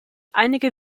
einige